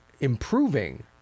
improving